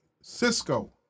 Cisco